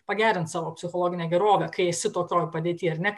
pagerint savo psichologinę gerovę kai esi tokioj padėty ar net